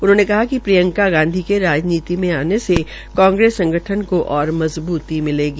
उन्होंने कहा कि प्रियंका गांधी के राजनीति में आने से कांग्रेस संगठन को ओर मजबूती मिलेगी